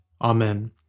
Amen